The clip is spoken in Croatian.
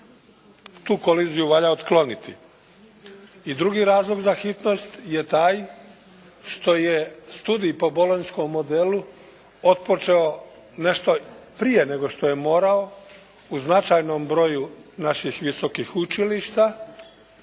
Tu koliziju valja otkloniti. I drugi razlog za hitnost je taj što je studij po bolonjskom modelu otpočeo nešto prije nego što je morao u značajnom broju naših visokih učilišta,